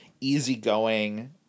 easygoing